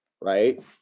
Right